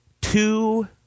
two